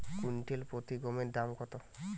Quintal প্রতি গমের দাম কত?